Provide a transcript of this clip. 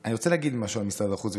אני רוצה להגיד משהו על משרד החוץ,